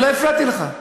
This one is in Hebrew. אני לא הפרעתי לך.